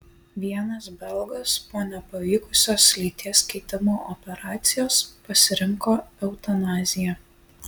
vienas belgas po nepavykusios lyties keitimo operacijos pasirinko eutanaziją